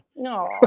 No